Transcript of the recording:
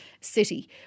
city